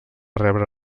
rebre